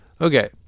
okay